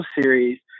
series